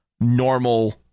normal